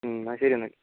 എന്നാൽ ശരി എന്നാൽ